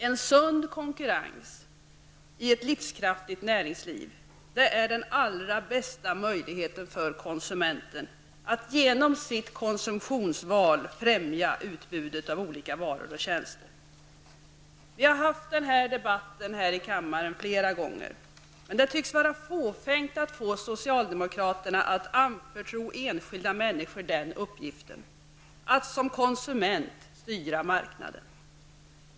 En sund konkurrens i ett livskraftigt näringsliv utgör den allra bästa möjligheten för konsumenterna att genom sitt konsumtionsval främja utbudet av olika varor och tjänster. Vi har haft debatter om dessa saker åtskilliga gånger här i kammaren. Men det tycks vara fåfängt att sträva efter att få er socialdemokrater att anförtro enskilda människor uppgiften att som konsumenter styra marknaden.